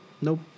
Nope